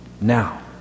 now